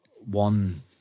one